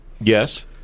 yes